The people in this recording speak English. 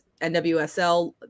NWSL